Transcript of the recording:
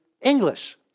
English